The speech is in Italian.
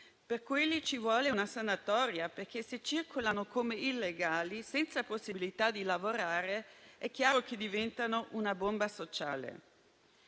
è necessaria una sanatoria perché se circolano come illegali, senza possibilità di lavorare, chiaramente diventano una bomba sociale.